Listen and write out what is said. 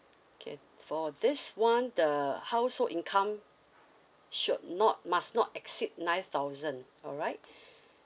okay for this one the household income should not must not exceed nine thousand alright